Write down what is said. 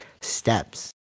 steps